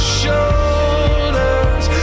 shoulders